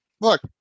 look